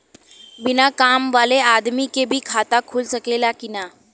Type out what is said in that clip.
बिना काम वाले आदमी के भी खाता खुल सकेला की ना?